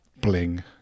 Bling